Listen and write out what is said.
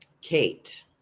Kate